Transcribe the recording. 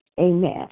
Amen